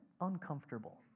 uncomfortable